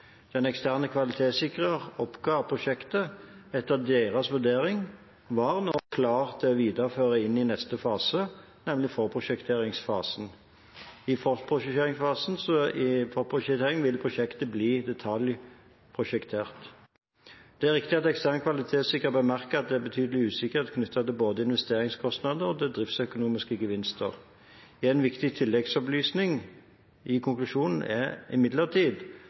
Den eksterne kvalitetssikrer oppga at prosjektet, etter deres vurdering, var nå klart til å videreføres inn i neste fase, nemlig forprosjekteringsfasen. I forprosjekteringen vil prosjektet bli detaljprosjektert. Det er riktig at ekstern kvalitetssikrer bemerker at det er betydelig usikkerhet knyttet til både investeringskostnader og driftsøkonomiske gevinster. En viktig tilleggsopplysning i konklusjonen er imidlertid